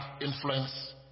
influence